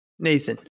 Nathan